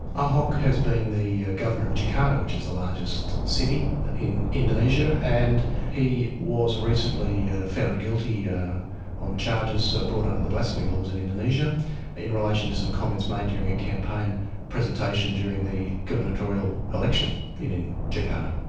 ahok has been the governor of jakarta, which is the largest city in indonesia, and he was recently found guilty yeah on charges brought under the blasphemy laws in indonesia in relation to some comments made during a campaign presentation during the gubernatorial election in in jakarta.